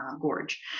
Gorge